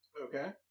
Okay